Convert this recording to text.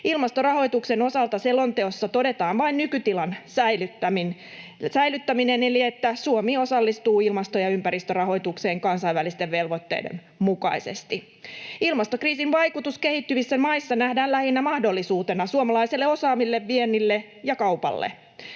Ilmastorahoituksen osalta selonteossa todetaan vain nykytilan säilyttäminen eli se, että Suomi osallistuu ilmasto- ja ympäristörahoitukseen kansainvälisten velvoitteiden mukaisesti. Ilmastokriisin vaikutus kehittyvissä maissa nähdään lähinnä mahdollisuutena suomalaiselle osaamiselle, viennille ja kaupalle.